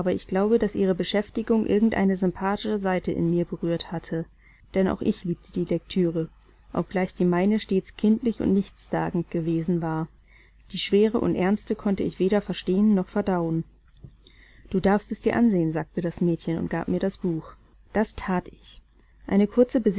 ich glaube daß ihre beschäftigung irgend eine sympathische seite in mir berührt hatte denn auch ich liebte die lektüre obgleich die meine stets kindisch und nichtssagend gewesen war die schwere und ernste konnte ich weder verstehen noch verdauen du darfst es dir ansehen sagte das mädchen und gab mir das buch das that ich eine kurze